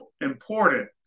important